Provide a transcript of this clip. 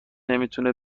نمیتونه